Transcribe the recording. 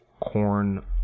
Corn